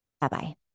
Bye-bye